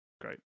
Great